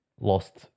lost